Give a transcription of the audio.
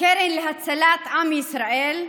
הקרן להצלת עם ישראל,